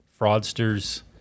fraudsters